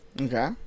Okay